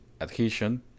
Adhesion